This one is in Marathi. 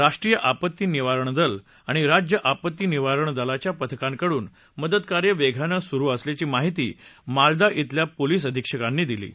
राष्ट्रीय आपत्ती निवारण दल आणि राज्य आपत्ती निवारण दलाच्या पथकांकडून मदतकार्य वेगानं सुरू असल्याची माहिती माल्दा खिल्या पोलीस अधिक्षकांनी दिली आहे